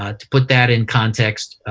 ah to put that in context,